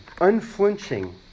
unflinching